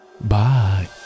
Bye